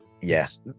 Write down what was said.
Yes